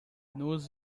nos